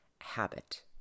habit